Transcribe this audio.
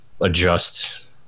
adjust